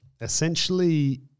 essentially